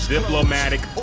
Diplomatic